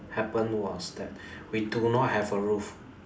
happened was that we do not have a roof